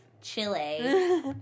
Chile